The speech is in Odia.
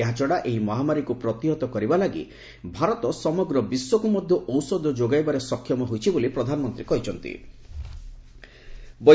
ଏହାଛଡ଼ା ଏହି ମହାମାରୀକୁ ପ୍ରତିହତ କରିବା ଲାଗି ଭାରତ ସମଗ୍ର ବିଶ୍ୱକୁ ମଧ୍ୟ ଔଷଧ ଯୋଗାଇବାରେ ସକ୍ଷମ ହୋଇଛି ବୋଲି ପ୍ରଧାନମନ୍ତ୍ରୀ କହିଚ୍ଚନ୍ତି